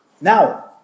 now